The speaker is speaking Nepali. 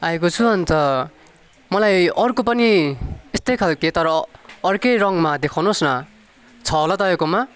आएको छु अन्त मलाई अर्को पनि यस्तै खालकै तर अर्कै रङमा देखाउनुहोस् न छ होला तपाईँकोमा